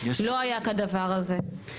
לא היה כדבר הזה.